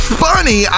funny